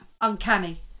uncanny